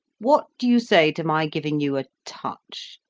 what do you say to my giving you a touch,